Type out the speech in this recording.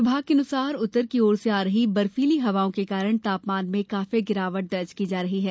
विभाग के अनुसार उत्तर की ओर से आ रही बर्फीली हवाओं के कारण तापमान में काफी गिरावट दर्ज की जा रही है